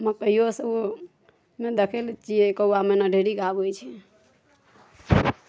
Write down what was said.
मकइयो से ओ ने देखै लए छियै कौआ मैना ढेरीक आबै छै